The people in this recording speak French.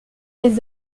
des